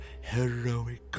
heroic